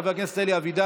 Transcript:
חבר הכנסת אלי אבידר,